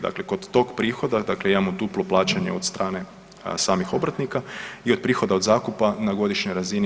Dakle, kod tog prihoda dakle imamo duplo plaćanje od strane samih obrtnika i od prihoda od zakupa na godišnjoj razini.